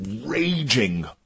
raging